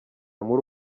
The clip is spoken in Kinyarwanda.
muri